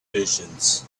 visions